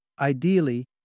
Ideally